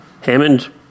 Hammond